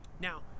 Now